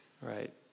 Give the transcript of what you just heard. Right